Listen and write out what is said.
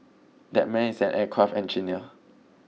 that man is an aircraft engineer